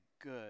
good